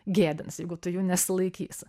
gėdins jeigu tu jų nesilaikys